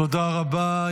תודה רבה.